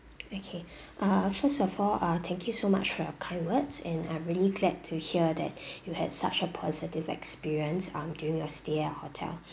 okay uh first of all uh thank you so much for your kind words and I'm really glad to hear that you had such a positive experience um during your stay at our hotel